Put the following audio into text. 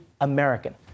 American